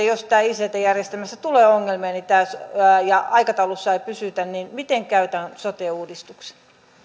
jos ict järjestelmässä tulee ongelmia ja aikataulussa ei pysytä niin miten käy tämän sote uudistuksen